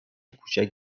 کوچک